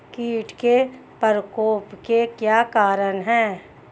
कीट के प्रकोप के क्या कारण हैं?